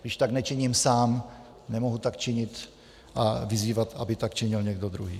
Když tak nečiním sám, nemohu tak vyzývat, aby tak činil někdo druhý.